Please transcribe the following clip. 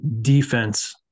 defense